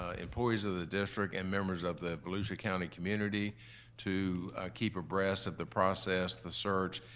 ah employees of the district and members of the volusia county community to keep abreast of the process, the search,